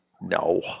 No